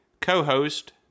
co-host